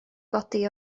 godi